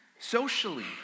socially